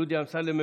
דוד אמסלם,